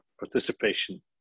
participation